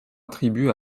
attribuée